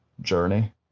journey